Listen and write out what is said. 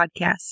Podcast